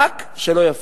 רק שלא יפריעו,